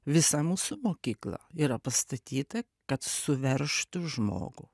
visa mūsų mokykla yra pastatyta kad suveržtų žmogų